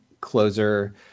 closer